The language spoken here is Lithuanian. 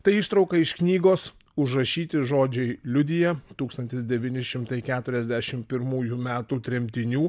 tai ištrauka iš knygos užrašyti žodžiai liudija tūkstantis devyni šimtai keturiasdešim pirmųjų metų tremtinių